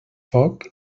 foc